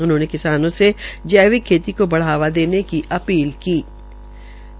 उन्होंने किसानों से जैविक खेती को बढ़ावा देने की अपील की है